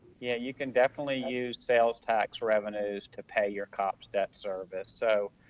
yeah, you can definitely use sales tax revenues to pay your cops debt service. so,